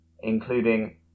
including